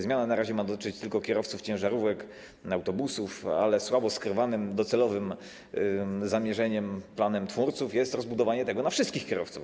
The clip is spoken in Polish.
Zmiana na razie ma dotyczyć tylko kierowców ciężarówek, autobusów, ale słabo skrywanym docelowym zamierzeniem, planem twórców jest rozbudowanie tego na wszystkich kierowców.